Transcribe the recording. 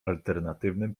alternatywnym